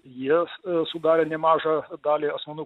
jos sudarė nemažą dalį asmenų